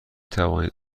توانید